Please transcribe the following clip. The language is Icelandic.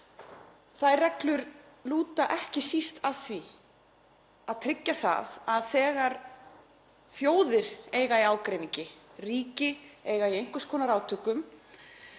Þær reglur lúta ekki síst að því að tryggja það að þegar þjóðir eiga í ágreiningi, ríki eiga í einhvers konar átökum